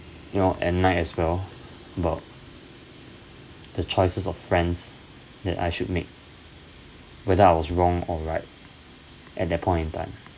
you know at night as well about the choices of friends that I should make whether I was wrong or right at that point in time